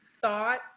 thought